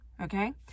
okay